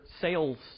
sales